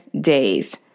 days